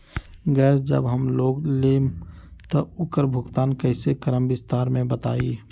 Gas जब हम लोग लेम त उकर भुगतान कइसे करम विस्तार मे बताई?